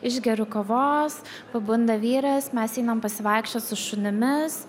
išgeriu kavos pabunda vyras mes einam pasivaikščiot su šunimis